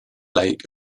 lake